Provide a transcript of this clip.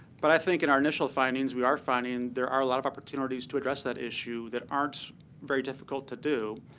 but i think in our initial findings we are finding there are a lot of opportunities to address that issue that aren't very difficult to do.